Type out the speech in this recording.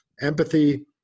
Empathy